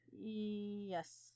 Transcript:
yes